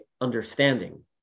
understanding